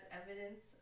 evidence